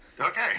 Okay